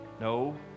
No